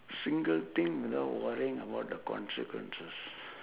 single thing without worrying about the consequences